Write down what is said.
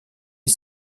les